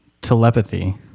telepathy